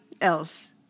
else